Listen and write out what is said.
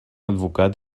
advocat